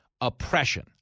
oppression